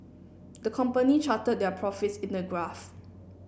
the company charted their profits in a graph